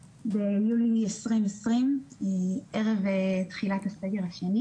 ביטוח לאומי הכיר בי כנכה, כנפגעת עבודה.